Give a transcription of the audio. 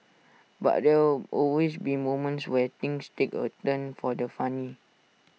but there will always be moments where things take A turn for the funny